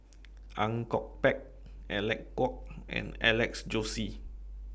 Ang Kok Peng Alec Kuok and Alex Josey